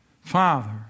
father